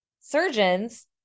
surgeons